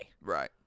Right